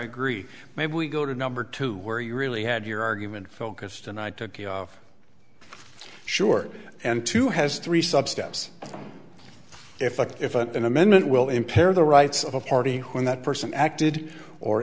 agree maybe we go to number two where you really had your argument focused and i took it off sure and to has three sub steps if if an amendment will impair the rights of a party when that person acted or